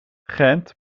gent